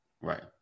Right